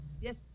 Yes